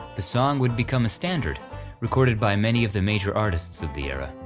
the song would become a standard recorded by many of the major artists of the era,